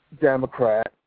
Democrat